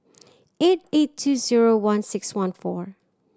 eight eight two zero one six one four